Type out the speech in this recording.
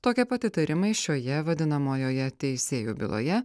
tokie pat įtarimai šioje vadinamojoje teisėjų byloje